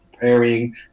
Preparing